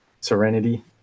Serenity